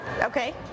Okay